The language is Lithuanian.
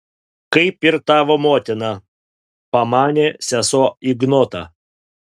kaip ir tavo motina pamanė sesuo ignotą